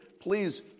Please